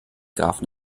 grafen